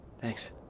Thanks